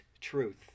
truth